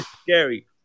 scary